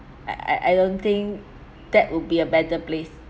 I I don't think that would be a better place